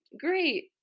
great